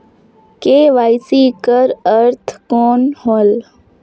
KYC कर अर्थ कौन होएल?